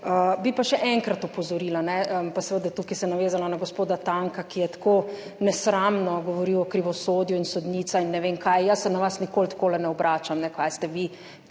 Bi pa še enkrat opozorila pa se seveda tukaj navezala na gospoda Tanka, ki je tako nesramno govoril o krivosodju, in sodnica in ne vem, kaj. Jaz se na vas nikoli takole ne obračam, kaj ste vi